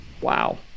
Wow